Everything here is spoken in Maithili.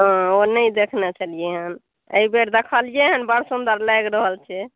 हँ नहि देखने छलियै हँ अहिबेर देखलियै हन बड़ सुन्दर लागि रहल छै